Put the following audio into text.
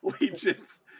Legions